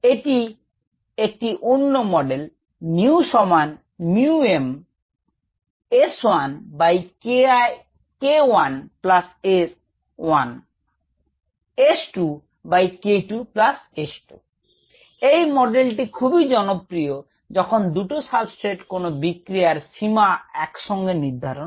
এটি একটি অন্য মডেল এই মডেলটি খুবই জনপ্রিয় জখন দুটো সাবস্ট্রেট কোন বিক্রিয়া সীমা একসঙ্গে নির্ধারণ করে